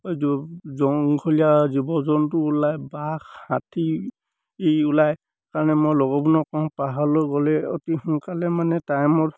জংঘলীয়া জীৱ জন্তু ওলায় বাঘ হাতী ওলায় কাৰণে মই লগৰবোৰক কওঁ পাহাৰলৈ গ'লে অতি সোনকালে মানে টাইমত